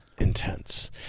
intense